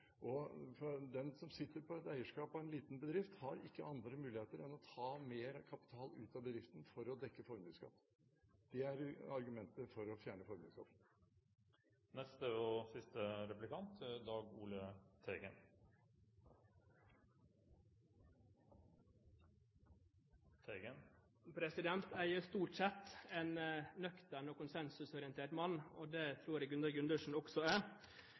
og arbeidsplasser. Den som sitter på et eierskap av en liten bedrift, har ikke andre muligheter enn å ta mer kapital ut av bedriften for å dekke formuesskatten. Det er argumentet for å fjerne formuesskatten. Jeg er stort sett en nøktern og konsensusorientert mann, og det tror jeg Gunnar Gundersen også er.